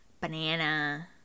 banana